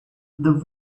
this